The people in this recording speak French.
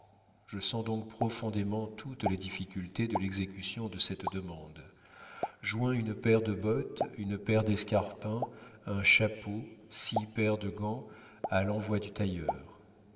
je sens donc profondément toutes les difficultés de l'exécution de cette demande joins une paire de bottes une paire d'escarpins un chapeau six paires de gants à l'envoi du tailleur